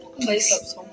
Place